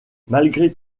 malgré